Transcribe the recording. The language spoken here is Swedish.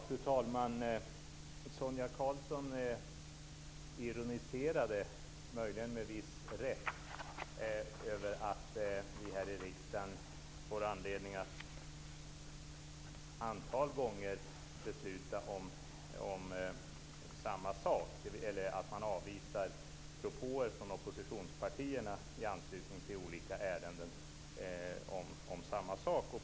Fru talman! Sonia Karlsson ironiserade, möjligen med viss rätt, över att vi här i riksdagen får anledning att ett antal gånger besluta om samma sak, eller att man avvisar propåer från oppositionspartierna i anslutning till olika ärenden om samma sak.